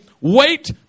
wait